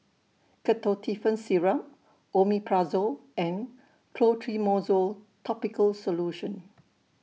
Ketotifen Syrup Omeprazole and Clotrimozole Topical Solution